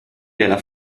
della